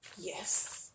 Yes